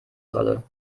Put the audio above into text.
solle